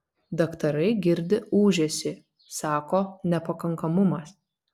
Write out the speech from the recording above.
daktarai girdi ūžesį sako nepakankamumas